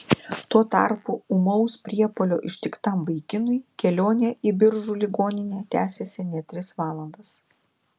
tuo tarpu ūmaus priepuolio ištiktam vaikinui kelionė į biržų ligoninę tęsėsi net tris valandas